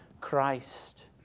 christ